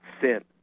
sin